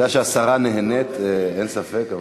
אתה יודע שהשרה נהנית, אין ספק.